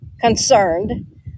concerned